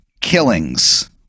Killings